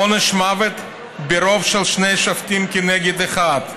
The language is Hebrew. עונש מוות ברוב של שני שופטים כנגד אחד.